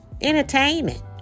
Entertainment